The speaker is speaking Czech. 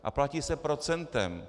A platí se procentem.